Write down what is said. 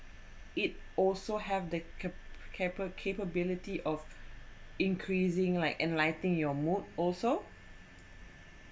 it also have the keppel~ capability of increasing like enlightening your mood also